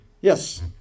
Yes